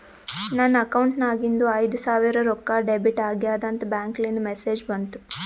ನನ್ ಅಕೌಂಟ್ ನಾಗಿಂದು ಐಯ್ದ ಸಾವಿರ್ ರೊಕ್ಕಾ ಡೆಬಿಟ್ ಆಗ್ಯಾದ್ ಅಂತ್ ಬ್ಯಾಂಕ್ಲಿಂದ್ ಮೆಸೇಜ್ ಬಂತು